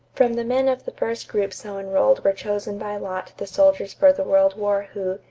from the men of the first group so enrolled were chosen by lot the soldiers for the world war who,